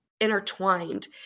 intertwined